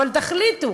אבל תחליטו.